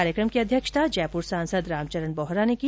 कार्यक्रम की अध्यक्षता जयपुर सांसद रामचरण बोहरा ने की